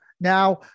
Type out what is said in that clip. now